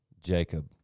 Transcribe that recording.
Jacob